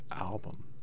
album